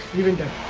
given to